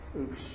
Oops